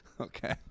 Okay